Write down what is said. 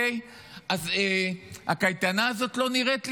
אוקיי, אז הקייטנה הזאת לא נראית לי,